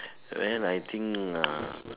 well I think uh